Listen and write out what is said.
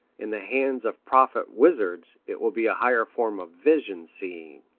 in the hands of prophet-wizards it will be a higher form of vision-seeing.